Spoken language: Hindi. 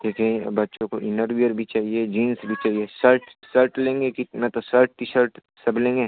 क्योंकि बच्चों को इनर वियर भी चाहिए जींस भी चाहिए सर्ट सर्ट लेंगे कितना तो सर्ट टी शर्ट सब लेंगे